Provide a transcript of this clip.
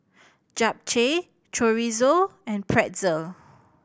Japchae Chorizo and Pretzel